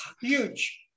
huge